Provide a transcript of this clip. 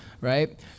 Right